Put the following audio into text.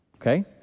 Okay